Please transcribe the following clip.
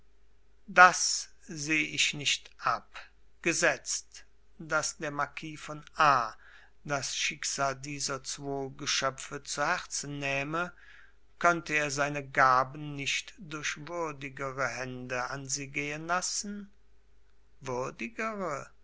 das seh ich nicht ab gesetzt daß der marquis von a das schicksal dieser zwo geschöpfe zu herzen nähme könnte er seine gaben nicht durch würdigere hände an sie gelangen lassen würdigere